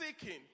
seeking